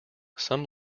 some